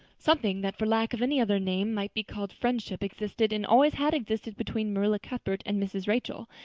something that for lack of any other name might be called friendship existed and always had existed between marilla cuthbert and mrs. rachel,